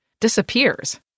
disappears